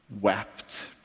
wept